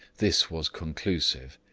this was conclusive.